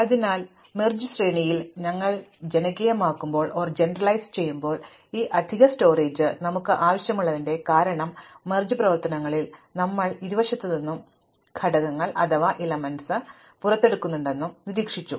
അതിനാൽ ലയിപ്പിച്ച ശ്രേണിയിൽ ഞങ്ങൾ ജനകീയമാകുമ്പോൾ ഈ അധിക സംഭരണം ഞങ്ങൾക്ക് ആവശ്യമുള്ളതിന്റെ കാരണം ലയന പ്രവർത്തനത്തിൽ ഞങ്ങൾ ഇരുവശത്തുനിന്നും ഘടകങ്ങൾ പുറത്തെടുക്കുന്നുണ്ടെന്നും ഞങ്ങൾ നിരീക്ഷിച്ചു